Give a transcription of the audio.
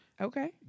Okay